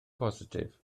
positif